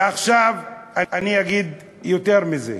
ועכשיו אגיד יותר מזה: